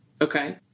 Okay